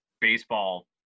baseball